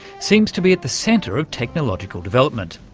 seems to be at the centre of technological development,